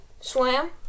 swam